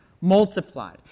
multiplied